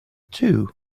too